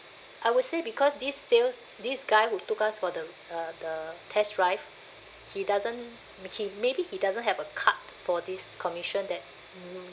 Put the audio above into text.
I would say because this sales this guy who took us for the uh the test drive he doesn't he maybe he doesn't have a cut for this commission that mm